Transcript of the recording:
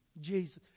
Jesus